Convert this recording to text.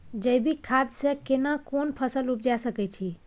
जैविक खाद से केना कोन फसल उपजा सकै छि?